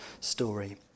story